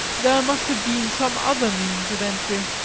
there must have been some other means of entry,